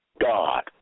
God